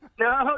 no